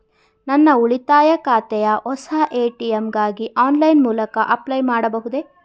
ನನ್ನ ಉಳಿತಾಯ ಖಾತೆಯ ಹೊಸ ಎ.ಟಿ.ಎಂ ಗಾಗಿ ಆನ್ಲೈನ್ ಮೂಲಕ ಅಪ್ಲೈ ಮಾಡಬಹುದೇ?